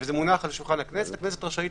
וזה מונח על שולחן הכנסת שרשאית